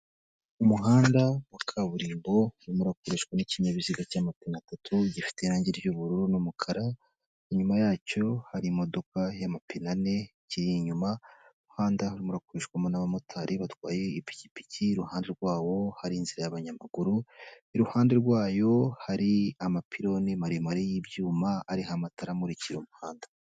Umuhanda wa kaburimbo urimo urakoreshwa n'ikinyabiziga cy'amapine atatu gifite irange ry'ubururu n'umukara, inyuma yacyo hari imodoka y'amapine ane ikiri inyuma, umuhanda urimo urakoshwamo n'abamotari batwaye ipikipiki, iruhande rwawo hari inzira abanyamaguru, iruhande rwayo hari amapironi maremare y'ibyuma ariho amatara amurikira umuhanda.